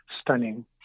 stunning